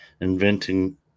inventing